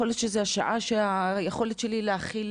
יכול להיות שזאת השעה שבה היכולת שלי להכיל